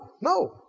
no